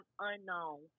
unknown